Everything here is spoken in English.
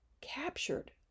captured